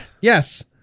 Yes